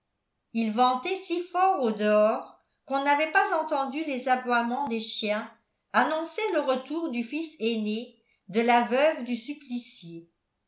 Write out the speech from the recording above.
il ventait si fort au-dehors qu'on n'avait pas entendu les aboiements des chiens annoncer le retour du fils aîné de la veuve du supplicié